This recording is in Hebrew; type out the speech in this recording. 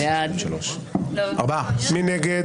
מי נגד?